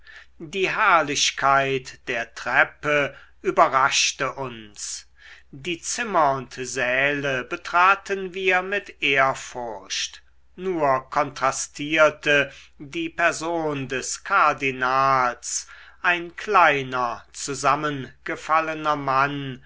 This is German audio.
die herrlichkeit der treppe überraschte uns die zimmer und säle betraten wir mit ehrfurcht nur kontrastierte die person des kardinals ein kleiner zusammengefallener mann